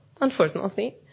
unfortunately